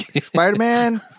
Spider-Man